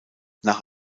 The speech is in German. nach